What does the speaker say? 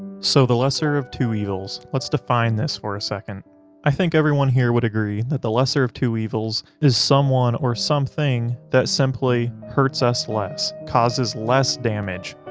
so the lesser of two evils, let's define this for a second i think everyone here would agree that the lesser of two evils is someone or something that simply hurts us less, causes less damage,